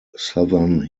southern